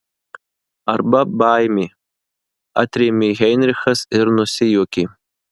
arba baimė atrėmė heinrichas ir nusijuokė